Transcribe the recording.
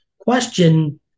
question